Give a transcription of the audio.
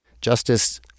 Justice